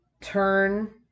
turn